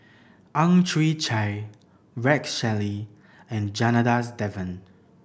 Ang Chwee Chai Rex Shelley and Janadas Devan